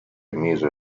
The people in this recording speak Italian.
mise